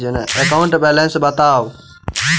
account balance बताउ